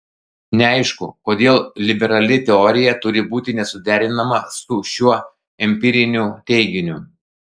neaišku kodėl liberali teorija turi būti nesuderinama su šiuo empiriniu teiginiu